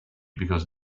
because